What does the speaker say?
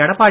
Edappadi